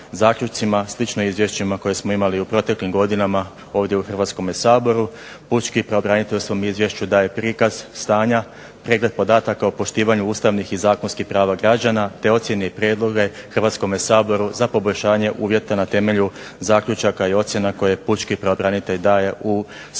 slično izvješćima koje smo imali u proteklim godinama ovdje u Hrvatskome saboru, pučki pravobranitelj u svom izvješću daje prikaz stanja, pregled podataka o poštivanju ustavnih i zakonskih prava građana, te ocjene i prijedloge Hrvatskome saboru za poboljšanje uvjeta na temelju zaključaka i ocjena koje pučki pravobranitelj daje u svome